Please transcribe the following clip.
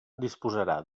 disposarà